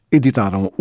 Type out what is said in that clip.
editaram